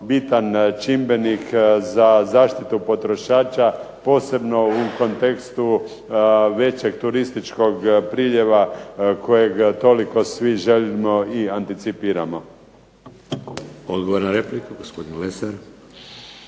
bitan čimbenik za zaštitu potrošača posebno u kontekstu većeg turističkog priljeva kojega toliko svi želimo i anticipiramo. **Šeks, Vladimir